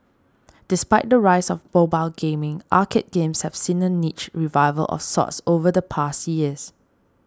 despite the rise of mobile gaming arcade games have seen a niche revival of sorts over the past years